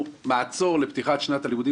עם כל הכבוד לחבר'ה מכחול לבן,